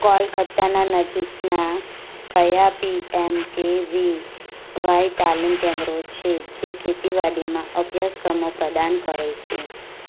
કોલકત્તાના નજીકનાં કયા P M K V Y તાલીમ કેન્દ્રો છે જે ખેતીવાડીમાં અભ્યાસક્રમો પ્રદાન કરે છે